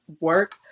work